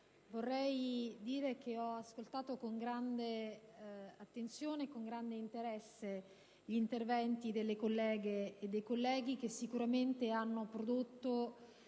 vorrei dire che ho ascoltato con grande attenzione e con grande interesse gli interventi delle colleghe e dei colleghi, che sicuramente hanno prodotto